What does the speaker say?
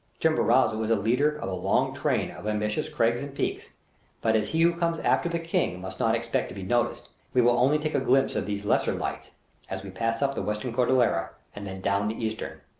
chimborazo is a leader of a long train of ambitious crags and peaks but as he who comes after the king must not expect to be noticed, we will only take a glimpse of these lesser lights as we pass up the western cordillera, and then down the eastern.